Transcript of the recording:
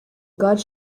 gods